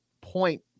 point